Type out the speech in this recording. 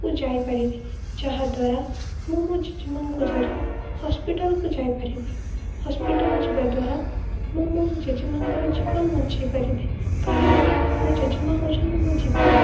ଯାଇପାରିବି ଯାହାଦ୍ୱାରା ମୁଁ ମୋ ଜେଜେମାଆଙ୍କୁ ଧରି ହସ୍ପିଟାଲ୍କୁ ଯାଇପାରିବି ହସ୍ପିଟାଲ୍ ଯିବା ଦ୍ୱାରା ମୁଁ ମୋ ଜେଜେମାଆଙ୍କର ଜୀବନ ବଞ୍ଚେଇ ପାରିବି କାରଣ ମୋ ଜେଜେମାଆ ହେଉଛନ୍ତି ମୋ ଜୀବନ